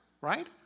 Right